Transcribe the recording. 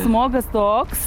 smogas toks